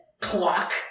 Clock